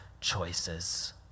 choices